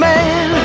Man